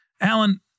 Alan